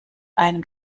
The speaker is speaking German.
einem